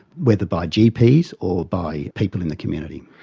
whether by gps or by people in the community.